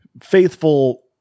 faithful